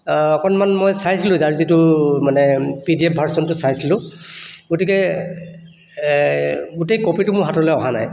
অকণমান মই চাইছিলোঁ যাৰ যিটো মানে পিডিএফ ভাৰচনটো চাইছিলোঁ গতিকে গোটেই কপিটো মোৰ হাতলৈ অহা নাই